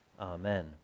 Amen